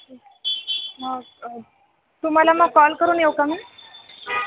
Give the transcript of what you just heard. तुम्हाला मग कॉल करून येऊ का मी